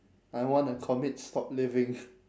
I wanna commit stop living